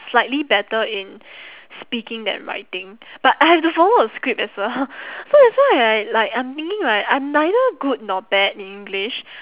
slightly better in speaking than writing but I have to follow a script as well so that's why I like I'm thinking right I'm neither good nor bad in english